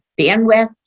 bandwidth